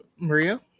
Maria